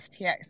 FTX